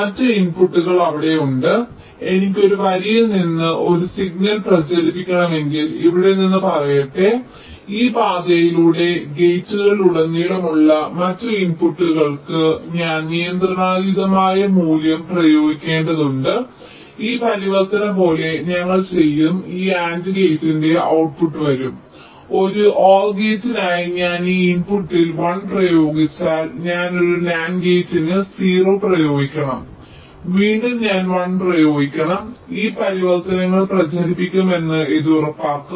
മറ്റ് ഇൻപുട്ടുകൾ അവിടെയുണ്ട് അതിനാൽ എനിക്ക് ഒരു വരിയിൽ നിന്ന് ഒരു സിഗ്നൽ പ്രചരിപ്പിക്കണമെങ്കിൽ ഇവിടെ നിന്ന് പറയട്ടെ അതിനാൽ ഈ പാതയിലൂടെ അതിനാൽ ഗേറ്റുകളിലുടനീളമുള്ള മറ്റ് ഇൻപുട്ടുകൾക്ക് ഞാൻ നിയന്ത്രണാതീതമായ മൂല്യം പ്രയോഗിക്കേണ്ടതുണ്ട് ഈ പരിവർത്തനം പോലെ ഞങ്ങൾ ചെയ്യും ഈ AND ഗേറ്റിന്റെ ഔട്ട്പുട്ട് വരൂ ഒരു OR ഗേറ്റിനായി ഞാൻ ഈ ഇൻപുട്ടിൽ 1 പ്രയോഗിച്ചാൽ ഞാൻ ഒരു NAND ഗേറ്റിന് 0 പ്രയോഗിക്കണം വീണ്ടും ഞാൻ 1 പ്രയോഗിക്കണം ഈ പരിവർത്തനങ്ങൾ പ്രചരിപ്പിക്കുമെന്ന് ഇത് ഉറപ്പാക്കും